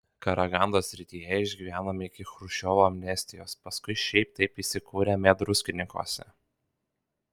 karagandos srityje išgyvenome iki chruščiovo amnestijos paskui šiaip taip įsikūrėme druskininkuose